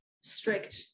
strict